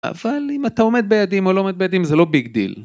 אבל אם אתה עומד ביעדים או לא עומד ביעדים, זה לא ביג דיל.